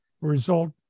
Result